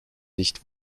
nicht